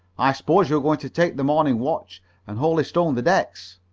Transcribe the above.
i suppose you are going to take the morning watch and holystone the decks.